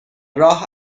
راه